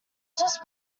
just